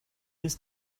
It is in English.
his